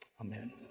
amen